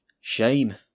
Shame